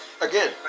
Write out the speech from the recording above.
Again